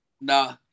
Nah